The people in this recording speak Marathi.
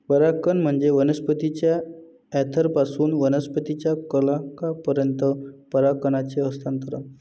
परागकण म्हणजे वनस्पतीच्या अँथरपासून वनस्पतीच्या कलंकापर्यंत परागकणांचे हस्तांतरण